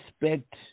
respect